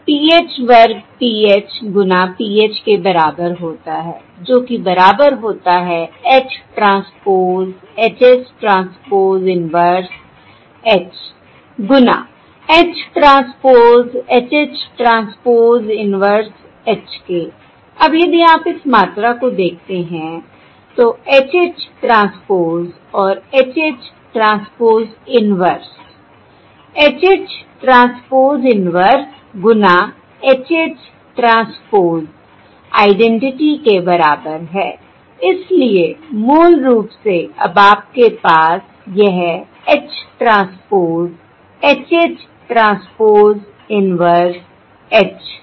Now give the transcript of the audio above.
PH वर्ग PH गुना PH के बराबर होता है जो कि बराबर होता है H transpose H H transpose inverse H गुना H transpose H H transpose inverse H के I अब यदि आप इस मात्रा को देखते हैं तो H H ट्रांसपोज़ और H H transpose inverse H H transpose inverse गुना H H ट्रांसपोज़ आइडेंटिटी के बराबर है इसलिए मूल रूप से अब आपके पास यह H transpose H H transpose inverse H है